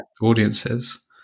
audiences